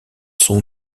son